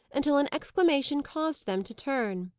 until an exclamation caused them to turn.